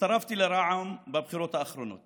הצטרפתי לרע"מ בבחירות האחרונות